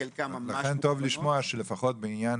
וחלקן ממש --- לכן טוב לשמוע שלפחות בעניין